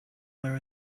where